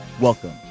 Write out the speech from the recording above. Welcome